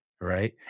right